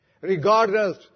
Regardless